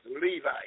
Levi